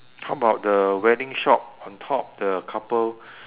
how about the wedding shop on top the couple